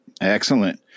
Excellent